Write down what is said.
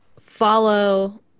Follow